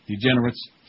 Degenerates